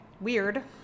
Weird